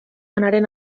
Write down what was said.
anaren